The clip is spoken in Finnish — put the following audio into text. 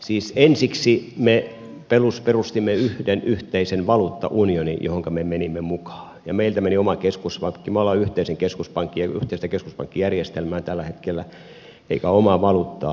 siis ensiksi me perustimme yhden yhteisen valuuttaunionin johonka me menimme mukaan ja meiltä meni oma keskuspankki me olemme osa yhteistä keskuspankkijärjestelmää tällä hetkellä eikä ole omaa valuuttaa